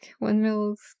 windmills